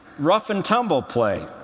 rough and tumble play.